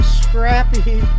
scrappy